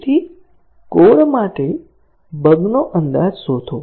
તેથી કોડ માટે બગ નો અંદાજ શોધો